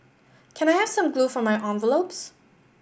can I have some glue for my envelopes